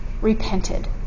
repented